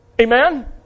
amen